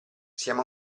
siamo